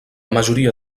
majoria